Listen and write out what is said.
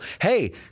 hey